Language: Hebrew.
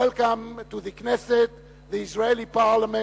Welcome to the Knesset, the Israeli Parliament,